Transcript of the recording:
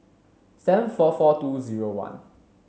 seven four four two zero one